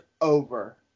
over